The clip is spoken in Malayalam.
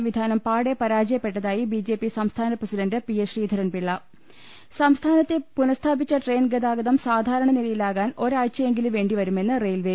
സംവിധാനം പാടേ പരാജയപ്പെട്ടതായി ബിജെപി സംസ്ഥാന പ്രസിഡന്റ് പി എസ് ശ്രീധരൻപിള്ള സംസ്ഥാനത്തെ പുനഃസ്ഥാപിച്ച ട്രെയിൻഗതാഗതം സാധാ രണ നിലയിലാകാൻ ഒരാഴ്ചയെങ്കിലും വേണ്ടിവരുമെന്ന് റെയിൽവെ